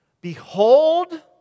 Behold